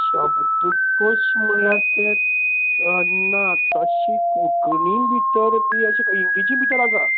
शब्द कोश म्हळ्यार ते नात तशें कोंकणी भितर बी अशे इंग्लिशीं भितर आसा